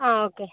ആ ഓക്കെ